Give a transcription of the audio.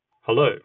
Hello